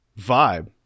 vibe